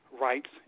rights